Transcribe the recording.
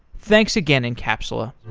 thanks again encapsula